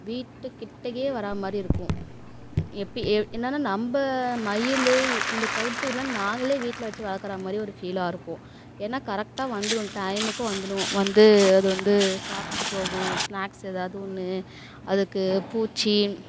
வீட்டு கிட்டயே வர்றா மாதிரி இருக்கும் எப்போ ஏ என்னென்னா நம்ம மயில் இ இந்த தவிட்டு குருவிலாம் நாங்கள் வீட்டில் வச்சி வளர்க்குற மாதிரி ஒரு ஃபீலாக இருக்கும் ஏன்னா கரெக்டாக வந்துரும் டைமுக்கு வந்துரும் வந்து அது வந்து சாப்பிட்டுட்டு போகும் ஸ்னாக்ஸ் எதாவது ஒன்று அதுக்கு பூச்சி